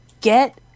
get